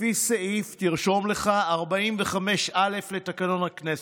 לפי סעיף, תרשום לך, 45(א) לתקנון הכנסת.